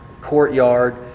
courtyard